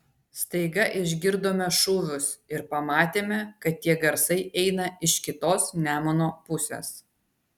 staiga išgirdome šūvius ir pamatėme kad tie garsai eina iš kitos nemuno pusės